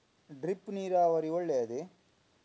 Drip ನೀರಾವರಿ ಒಳ್ಳೆಯದೇ?